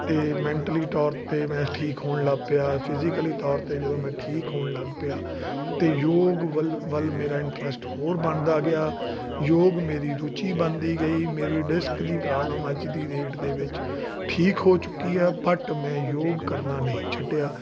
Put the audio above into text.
ਅਤੇ ਮੈਂਟਲੀ ਤੌਰ 'ਤੇ ਮੈਂ ਠੀਕ ਹੋਣ ਲੱਗ ਪਿਆ ਫਿਜ਼ੀਕਲੀ ਤੌਰ 'ਤੇ ਜਦੋਂ ਮੈਂ ਠੀਕ ਹੋਣ ਲੱਗ ਪਿਆ ਅਤੇ ਯੋਗ ਵੱਲ ਮੇਰਾ ਇੰਟਰਸਟ ਹੋਰ ਬਣਦਾ ਗਿਆ ਯੋਗ ਮੇਰੀ ਰੁਚੀ ਬਣਦੀ ਗਈ ਮੇਰੀ ਡਿਸਕ ਦੀ ਪ੍ਰੋਬਲਮ ਅੱਜ ਦੀ ਡੇਟ ਦੇ ਵਿੱਚ ਠੀਕ ਹੋ ਚੁੱਕੀ ਆ ਬਟ ਮੈਂ ਯੋਗ ਕਰਨਾ ਨਹੀਂ ਛੱਡਿਆ